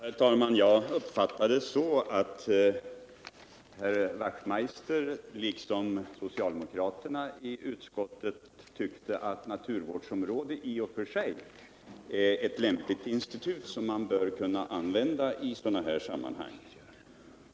Herr talman! Jag har uppfattat det så att Hans Wachtmeister liksom socialdemokraterna i utskottet tyckte att naturvårdsområde i och för sig är ett lämpligt institut, som man bör kunna använda i sådana här sammanhang.